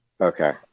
Okay